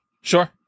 Sure